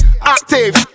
active